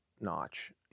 notch